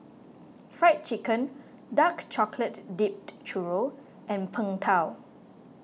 Fried Chicken Dark Chocolate Dipped Churro and Png Tao